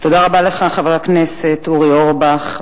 תודה רבה לך, חבר הכנסת אורי אורבך.